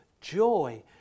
joy